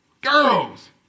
Girls